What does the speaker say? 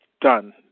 done